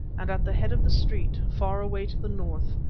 and at the head of the street, far away to the north,